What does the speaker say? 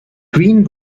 greene